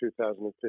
2015